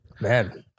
Man